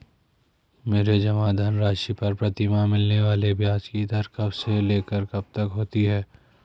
मेरे जमा धन राशि पर प्रतिमाह मिलने वाले ब्याज की दर कब से लेकर कब तक होती है?